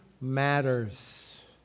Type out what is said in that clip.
matters